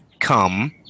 come